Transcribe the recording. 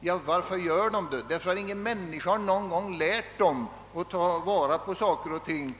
Jo, ingen människa har någonsin lärt dem att ta vara på saker och ting.